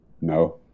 No